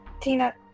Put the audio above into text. Tina